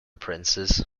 princes